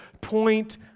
point